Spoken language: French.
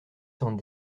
cent